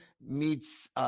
meets